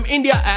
India